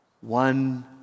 one